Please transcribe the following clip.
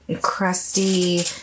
crusty